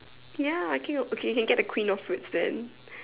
ya okay okay okay you can get the queen of fruits then